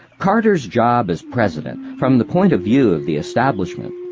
carter's job as president, from the point of view of the establishment,